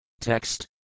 Text